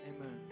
Amen